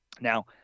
Now